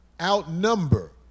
outnumber